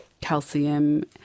calcium